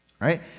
right